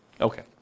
Okay